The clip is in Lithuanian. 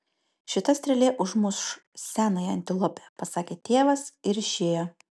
šita strėlė užmuš senąją antilopę pasakė tėvas ir išėjo